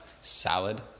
salad